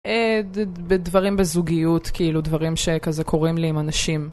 דברים בזוגיות, כאילו, דברים שכזה קורים לי עם אנשים.